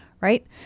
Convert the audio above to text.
right